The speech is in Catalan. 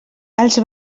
els